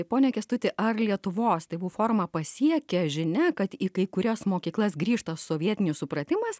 pone kęstuti ar lietuvos tėvų forumą pasiekia žinia kad į kai kurias mokyklas grįžta sovietinis supratimas